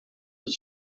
his